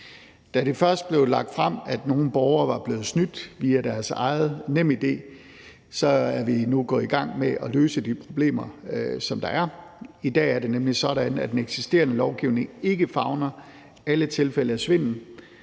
Da det først blev lagt frem, at nogle borgere var blevet snydt via deres eget NemID, gik vi i gang med at løse de problemer, der er. I dag er det nemlig sådan, at den eksisterende lovgivning ikke favner alle tilfælde af svindel,